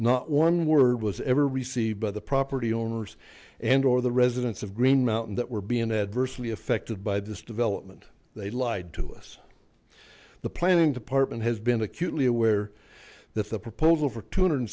not one word was ever received by the property owners and or the residents of green mountain that were being adversely affected by this development they lied to us the planning department has been acutely aware that the proposal for two hundred